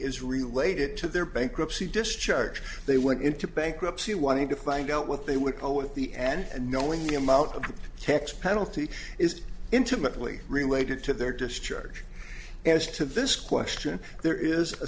is related to their bankruptcy discharge they went into bankruptcy wanting to find out what they would go with the end knowing the amount of tax penalty is intimately related to their discharge as to this question there is a